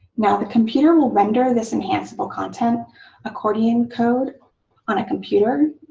now, the computer will render this enhanceable content accordion code on a computer